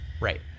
Right